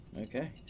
okay